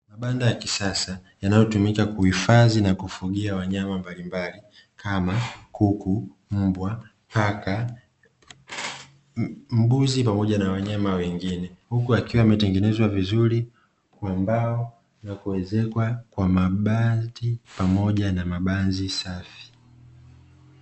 banda la kisasa linalotumika kuhifadhia wanyama Mbalimbali kama kuku mbwa mpaka mbuzi pamoja na wanyama wengine, huku akiwa ametengenezwa vizuri ambao tunakuezekwa kwa mabati pamoja na mabanzi safi.